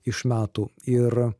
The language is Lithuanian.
iš metų ir